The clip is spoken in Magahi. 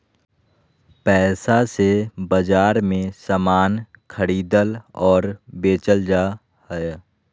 पैसा से बाजार मे समान खरीदल और बेचल जा हय